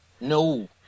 No